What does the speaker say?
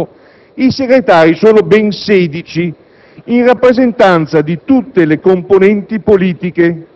ci dovrebbe essere tra la Camera e il Senato, i Segretari sono ben 16, in rappresentanza di tutte le componenti politiche,